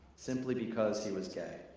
simply because he was gay.